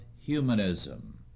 humanism